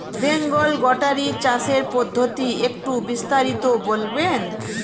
Bengal goatery চাষের পদ্ধতি একটু বিস্তারিত বলবেন?